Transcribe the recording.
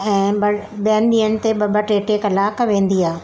ऐं बट ॿियनि ॾींहंनि ते ॿ ॿ टे टे कलाक वेंदी आहे